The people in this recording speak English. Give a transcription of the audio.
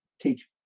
teach